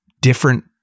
different